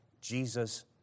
Jesus